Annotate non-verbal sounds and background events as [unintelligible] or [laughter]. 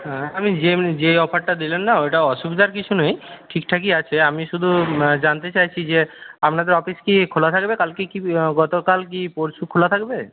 হ্যাঁ আপনি যে যে অফারটা দিলেন না ওইটা অসুবিধার কিছু নেই ঠিকঠাকই আছে আমি শুধু [unintelligible] জানতে চাইছি যে আপনাদের অফিস কি খোলা থাকবে কালকে কি গতকাল কি পরশু খোলা থাকবে